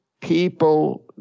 people